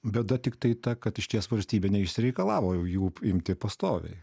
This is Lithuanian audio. bėda tiktai ta kad išties valstybė neišsireikalavo jų imti pastoviai